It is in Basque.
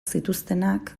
zituztenak